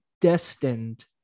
destined